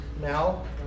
now